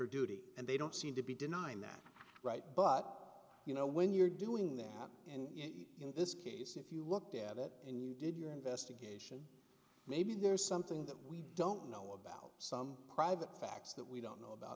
becker duty and they don't seem to be denying that right but you know when you're doing that and in this case if you looked at it and you did your investigation maybe there's something that we don't know about some private facts that we don't know about